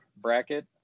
bracket